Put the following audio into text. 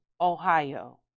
Ohio